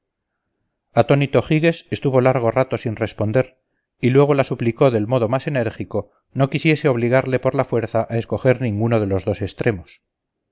atónito giges estuvo largo rato sin responder y luego la suplicó del modo más enérgico no quisiese obligarle por la fuerza a escoger ninguno de los dos extremos